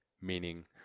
meaning